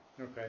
Okay